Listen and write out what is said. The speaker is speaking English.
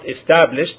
established